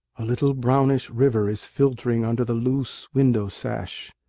a little brownish river is filtering under the loose window-sash.